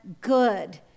good